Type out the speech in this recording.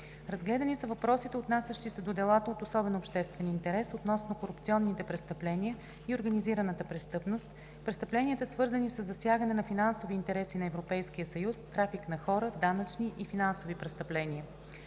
Разгледани са въпросите, отнасящи се до делата от особен обществен интерес относно корупционните престъпления и организираната престъпност, престъпленията, свързани със засягане на финансови интереси на Европейския съюз, трафик на хора, данъчни и финансови престъпления.